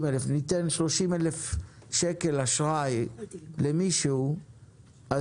30,000 שקל אשראי למישהו,